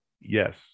yes